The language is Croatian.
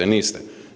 Niste.